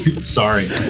Sorry